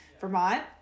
Vermont